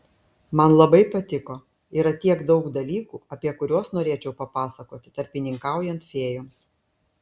man labai patiko yra tiek daug dalykų apie kuriuos norėčiau papasakoti tarpininkaujant fėjoms